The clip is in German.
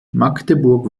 magdeburg